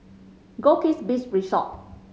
Goldkist Beach Resort